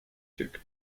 took